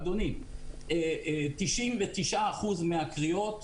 אדוני, 99% מהקריאות,